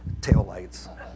taillights